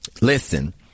listen